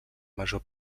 major